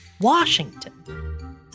Washington